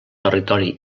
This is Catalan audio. territori